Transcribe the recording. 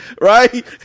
right